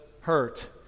hurt